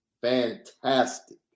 Fantastic